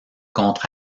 contre